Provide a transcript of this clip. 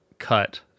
cut